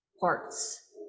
parts